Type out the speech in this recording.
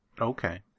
Okay